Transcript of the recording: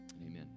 Amen